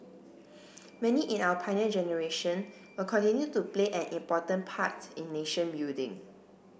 many in our Pioneer Generation will continue to play an important part in nation building